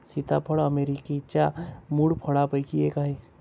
सीताफळ अमेरिकेच्या मूळ फळांपैकी एक आहे